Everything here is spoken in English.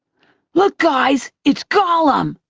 look, guys, it's gollum!